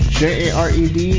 j-a-r-e-d